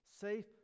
safe